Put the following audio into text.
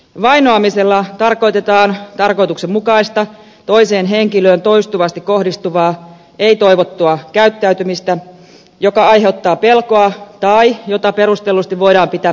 vainoamisella tarkoitetaan tarkoituksenmukaista toiseen henkilöön toistuvasti kohdistuvaa ei toivottua käyttäytymistä joka aiheuttaa pelkoa tai jota perustellusti voidaan pitää pelottavana